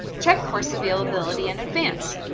check course availability in advance.